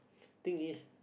thing is